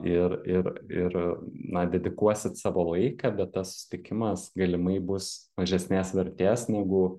ir ir ir na dedikuosit savo laiką bet tas susitikimas galimai bus mažesnės vertės negu